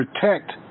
protect